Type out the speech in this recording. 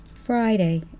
Friday